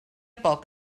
poc